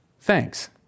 Thanks